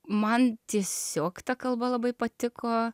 man tiesiog ta kalba labai patiko